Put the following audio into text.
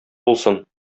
булсын